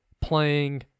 playing